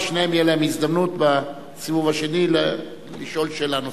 ושניהם תהיה להם הזדמנות בסיבוב השני לשאול שאלה נוספת.